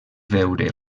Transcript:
veure